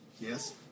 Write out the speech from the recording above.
Yes